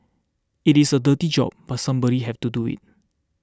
it is a dirty job but somebody have to do it